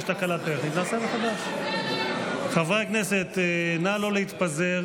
עקב תקלה טכנית אני אקריא את חברי הכנסת שהצבעתם לא נקלטה,